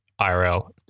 IRL